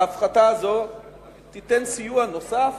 ההפחתה הזו תיתן סיוע נוסף